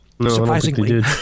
Surprisingly